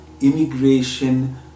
immigration